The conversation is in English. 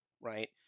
right